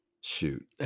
Shoot